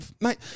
mate